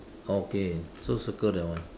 okay so circle that one